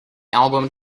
album